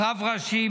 רב ראשי,